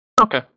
Okay